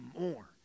more